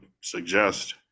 suggest